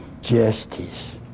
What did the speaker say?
Justice